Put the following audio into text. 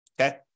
okay